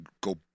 go